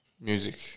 music